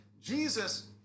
Jesus